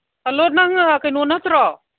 hello ꯅꯪ ꯀꯩꯅꯣ ꯅꯠꯇ꯭ꯔꯣ